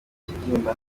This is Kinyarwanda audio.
ikibyimba